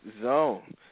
zone